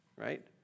right